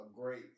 great